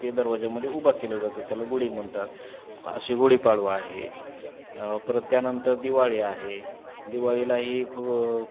ते दरवाजामध्ये उभा केलं जातं त्याला गुडी म्हणतात अशी गुढीपाडवा आहे परत त्यानंतर दिवाळी आहे दिवाळीला ही खूप